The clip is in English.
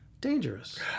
Dangerous